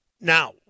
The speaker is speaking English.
Now